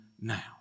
now